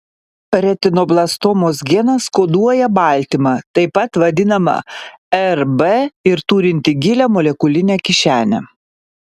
retinoblastomos genas koduoja baltymą taip pat vadinamą rb ir turintį gilią molekulinę kišenę